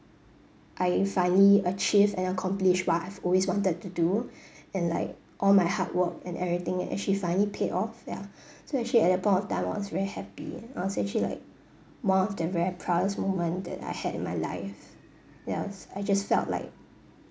I finally achieved and accomplished what I've always wanted to do and like all my hard work and everything it actually finally paid off ya so actually at the point of time I was very happy I was actually like one of the very proudest moment that I had in my life ya I just felt like